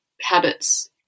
habits